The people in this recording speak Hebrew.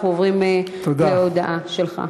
אנחנו עוברים להודעה שלך.